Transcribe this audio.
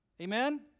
Amen